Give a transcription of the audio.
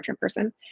person